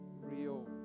real